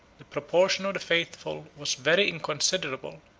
the proportion of the faithful was very inconsiderable,